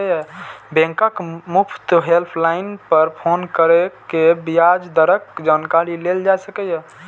बैंकक मुफ्त हेल्पलाइन पर फोन कैर के ब्याज दरक जानकारी लेल जा सकैए